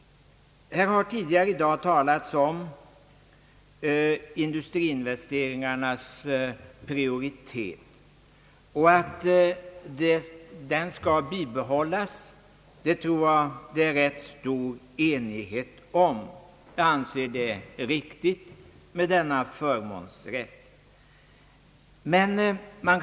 Man har tidigare i dag berört industriinvesteringarnas prioritet, och att den skall bibehållas tror jag man är ganska ense om, Jag anser denna förmånsrätt riktig.